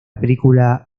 película